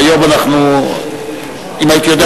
אדוני היושב-ראש,